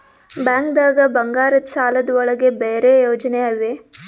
ಬ್ಯಾಂಕ್ದಾಗ ಬಂಗಾರದ್ ಸಾಲದ್ ಒಳಗ್ ಬೇರೆ ಯೋಜನೆ ಇವೆ?